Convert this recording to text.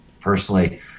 Personally